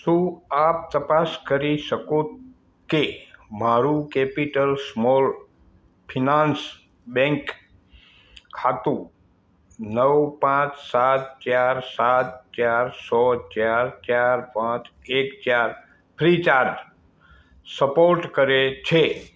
શું આપ તપાસ કરી શકો કે મારું કેપિટલ સ્મોલ ફિનાન્સ બેંક ખાતું નવ પાંચ સાત ચાર સાત ચાર છ ચાર ચાર પાંચ એક ચાર ફ્રીચાર્જ સપોર્ટ કરે છે